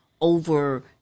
over